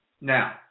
Now